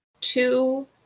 two